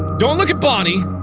don't look at bonnie,